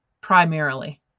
primarily